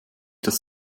das